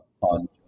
on